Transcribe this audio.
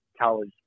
college